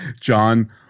John